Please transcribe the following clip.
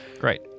Great